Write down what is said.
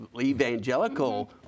evangelical